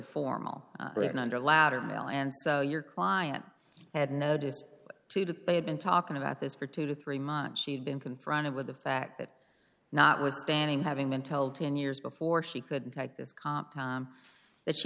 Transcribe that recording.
formal written under a ladder mill and your client had noticed too that they had been talking about this for two to three months she had been confronted with the fact that notwithstanding having been told ten years before she couldn't type this comp time that she